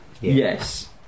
Yes